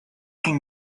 can